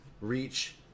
reach